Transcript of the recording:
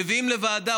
מביאים לוועדה,